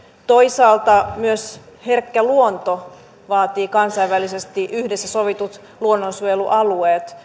toisaalta myös herkkä luonto vaatii kansainvälisesti yhdessä sovitut luonnonsuojelualueet